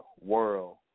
world